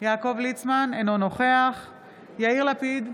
יעקב ליצמן, אינו נוכח יאיר לפיד,